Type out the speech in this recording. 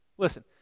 Listen